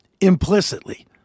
implicitly